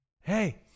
hey